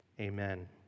amen